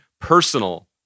personal